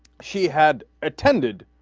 he had attended